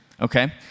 Okay